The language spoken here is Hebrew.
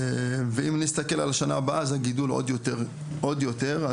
ואם נסתכל על השנה הבאה אז הגידול עוד יותר עוד יותר,